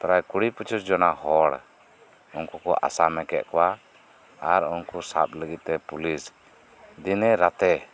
ᱯᱨᱟᱭ ᱠᱩᱲᱤ ᱯᱚᱪᱤᱥ ᱡᱚᱱᱟ ᱦᱚᱲ ᱩᱱᱠᱩ ᱠᱚ ᱟᱥᱟᱢᱤ ᱠᱮᱫ ᱠᱚᱣᱟ ᱟᱨ ᱩᱱᱠᱩ ᱥᱟᱱ ᱞᱟᱹᱜᱤᱫ ᱛᱮ ᱯᱩᱞᱤᱥ ᱫᱤᱱᱮ ᱨᱟᱛᱮ